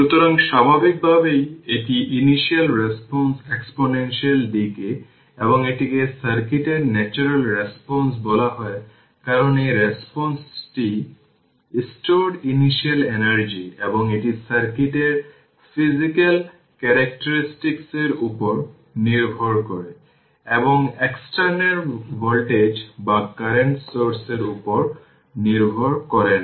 সুতরাং স্বাভাবিকভাবেই এটি ইনিশিয়াল রেসপন্স এক্সপোনেনশিয়াল ডিকে এবং এটিকে সার্কিটের ন্যাচারাল রেসপন্স বলা হয় কারণ এই রেসপন্সটি স্টোরড ইনিশিয়াল এনার্জি এবং এটি সার্কিটের ফিজিক্যাল কেরেক্টারিস্টিক্স এর উপর নির্ভর করে এবং এক্সটার্নাল ভোল্টেজ বা কারেন্ট সোর্স এর উপর নির্ভর করে না